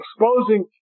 exposing